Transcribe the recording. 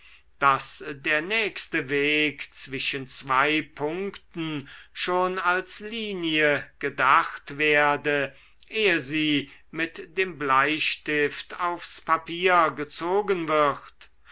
daß der nächste weg zwischen zwei punkten schon als linie gedacht werde ehe sie mit dem bleistift aufs papier gezogen wird